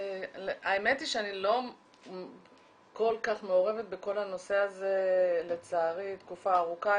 האמת היא שאני לא כל כך מעורבת בכל הנושא הזה לצערי תקופה ארוכה,